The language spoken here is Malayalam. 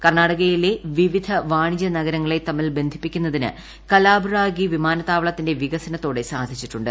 കർണ്ണാടകയിലെ വിവിധ വാണിജ്യ നഗരങ്ങളെ തമ്മിൽ ബന്ധിപ്പിക്കുന്നതിന് കലാബുറാഗി വിമാനത്താവളത്തിന്റെ വികസനത്തോടെ സാധിച്ചിട്ടുണ്ട്